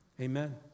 Amen